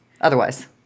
otherwise